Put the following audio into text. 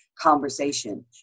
conversation